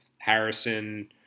Harrison